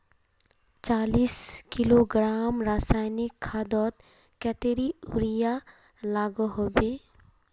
चालीस किलोग्राम रासायनिक खादोत कतेरी यूरिया लागोहो होबे?